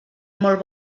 molt